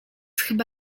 chyba